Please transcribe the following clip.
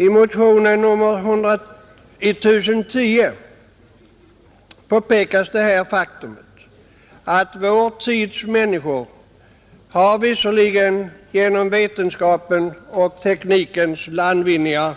I motionen 1010 påpekas det faktum att vår tids människor visserligen genom vetenskapens och teknikens landvinningar har